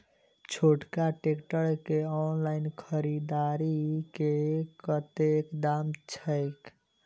छोटका ट्रैक्टर केँ ऑनलाइन खरीददारी मे कतेक दाम छैक?